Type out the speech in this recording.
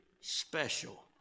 special